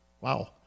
Wow